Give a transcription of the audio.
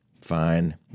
fine